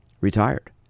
retired